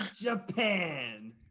Japan